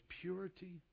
purity